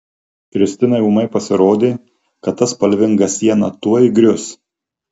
kristinai ūmai pasirodė kad ta spalvinga siena tuoj grius